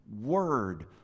word